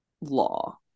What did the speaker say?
law